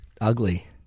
ugly